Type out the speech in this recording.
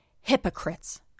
hypocrites